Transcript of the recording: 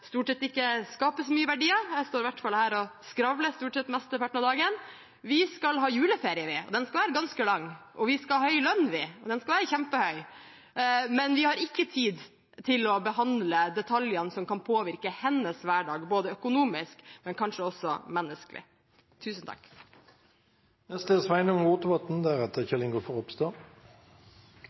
stort sett ikke skaper så mye verdier, jeg står i hvert fall her og skravler stort sett mesteparten av dagen – skal ha juleferie, den skal være ganske lang, og vi skal ha en lønn, den skal være kjempehøy, men vi har ikke tid til å behandle detaljene som kan påvirke hennes hverdag både økonomisk og kanskje også menneskelig.